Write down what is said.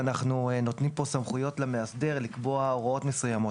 אנחנו נותנים סמכויות למאסדר לקבוע הוראות מסוימות.